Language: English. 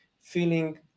feeling